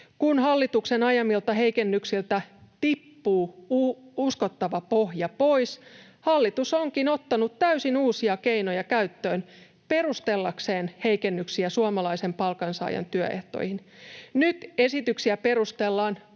Kun hallituksen ajamilta heikennyksiltä tippuu uskottava pohja pois, hallitus onkin ottanut täysin uusia keinoja käyttöön perustellakseen heikennyksiä suomalaisen palkansaajan työehtoihin. Nyt esityksiä perustellaan